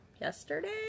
yesterday